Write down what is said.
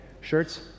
Shirts